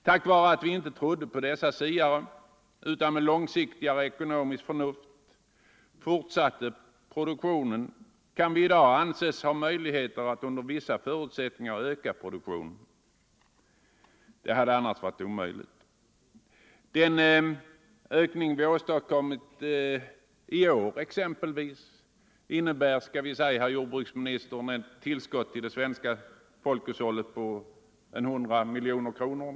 Tack vare att vi inte trodde på dessa siare utan med långsiktigare ekonomiskt förnuft fortsatte produktionen kan vi nu anses ha möjligheter att under vissa förutsättningar öka produktionen. Det hade annars varit omöjligt. Den ökning vi åstadkommit i år innebär exempelvis ett tillskott till det svenska folkhushållet på omkring 100 miljoner kronor.